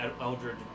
Eldred